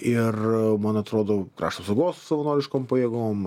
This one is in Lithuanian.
ir man atrodo krašto apsaugos savanoriškom pajėgom